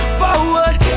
forward